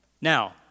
Now